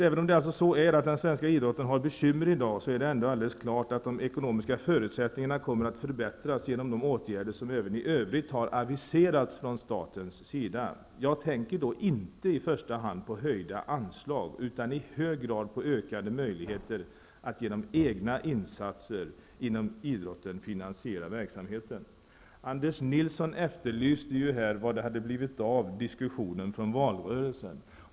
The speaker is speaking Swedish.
Även om den svenska idrotten har bekymmer i dag, så är det alldeles klart att de ekonomiska förutsättningarna kommer att förbättras genom de åtgärder som även i övrigt har aviserats från statens sida. Jag tänker då inte i första hand på höjda anslag utan i hög grad på ökade möjligheter att genom egna insatser inom idrotten finansiera verksamheten. Anders Nilsson efterlyste ju här vad det hade blivit av diskussionen från valrörelsen.